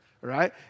right